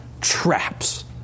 traps